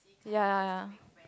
ya ya ya